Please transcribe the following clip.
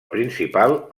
principal